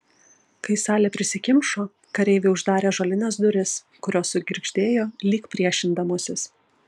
kai salė prisikimšo kareiviai uždarė ąžuolines duris kurios sugirgždėjo lyg priešindamosis